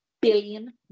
billion